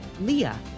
leah